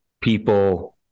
people